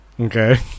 Okay